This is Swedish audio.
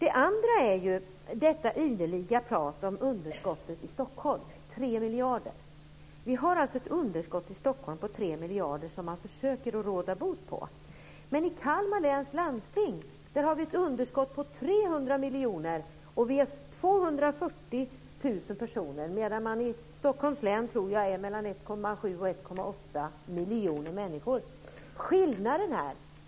En annan sak är detta ideliga prat om underskottet i Stockholm - 3 miljarder. Vi har alltså ett underskott i Stockholm på 3 miljarder som man försöker råda bot på. Men i Kalmar läns landsting har vi ett underskott på 300 miljoner kronor och vi är 240 000 personer. I Stockholms län tror jag att man är mellan 1,7 och 1,8 miljoner människor.